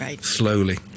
slowly